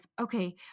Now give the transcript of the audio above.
okay